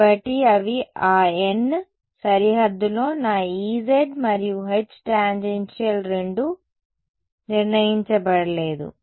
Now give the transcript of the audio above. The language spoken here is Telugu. కాబట్టి అవి ఆ n సరిహద్దులో నా Ez మరియు H టాంజెన్షియల్ రెండూ నిర్ణయించబడలేదు